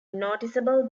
noticeable